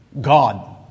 God